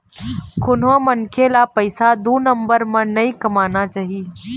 कोनो मनखे ल पइसा दू नंबर म नइ कमाना चाही